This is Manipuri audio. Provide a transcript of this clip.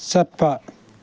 ꯆꯠꯄ